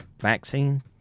vaccine